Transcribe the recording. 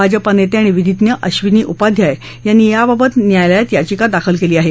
भाजपा नेते आणि विधीज्ञ अब्बिनी उपाध्याय यांनी याबाबत न्यायालयात याविका दाखल केली आहे